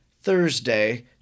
Thursday